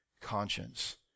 conscience